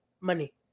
money